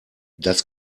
das